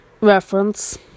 Reference